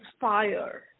fire